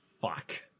fuck